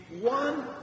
one